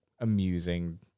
amusing